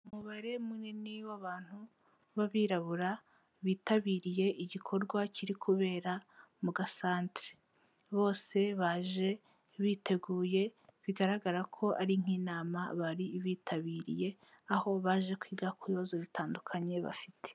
Umubare munini w'abantu b'abirabura bitabiriye igikorwa kiri kubera mu gasantere, bose baje biteguye bigaragara ko ari nk'inama bari bitabiriye aho baje kwiga ku bibazo bitandukanye bafite.